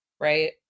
right